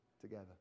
together